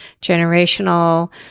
generational